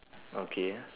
okay